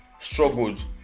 struggled